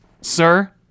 sir